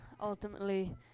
ultimately